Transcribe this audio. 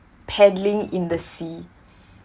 paddling in the sea